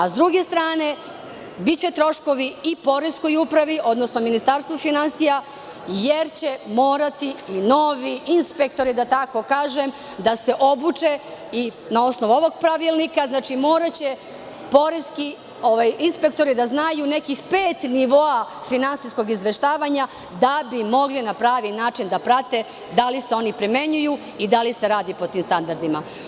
S druge strane, biće troškovi i poreskoj upravi, odnosno Ministarstvu finansija, jer će morati i novi inspektori, da tako kažem, da se obuče i da na osnovu ovog pravilnika, moraće poreski inspektori da znaju nekih pet nivoa finansijskog izveštavanja da bi mogli na pravi način da prate da li se oni primenjuju i da li se radi po tim standardima.